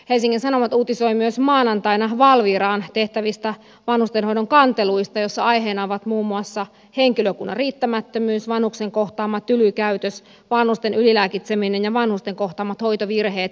helsingin sanomat uutisoi maanantaina myös valviraan tehtävistä vanhustenhoidon kanteluista joissa aiheina ovat muun muassa henkilökunnan riittämättömyys vanhuksen kohtaama tyly käytös vanhusten ylilääkitseminen ja vanhusten kohtaamat hoitovirheet